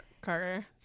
Carter